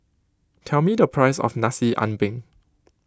tell me the price of Nasi Ambeng